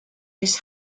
his